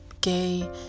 gay